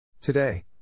Today